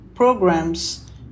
programs